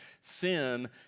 Sin